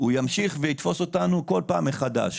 הוא ימשיך ויתפוס אותנו כל פעם מחדש,